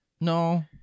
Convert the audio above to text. No